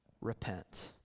repent